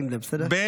שים לב, בסדר.